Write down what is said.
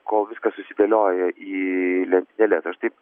kol viskas susidėlioja į lentynėles aš taip